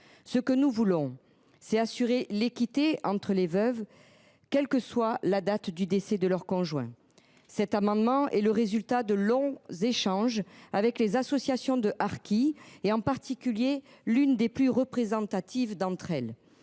Ce que nous voulons, c’est assurer l’équité entre les veuves, quelle que soit la date du décès de leur conjoint. Cet amendement est le résultat de longs échanges avec les associations de harkis, en particulier l’une des plus représentatives d’entre elles.